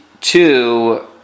two